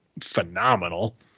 phenomenal